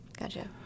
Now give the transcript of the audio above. Gotcha